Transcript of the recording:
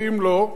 ואם לא,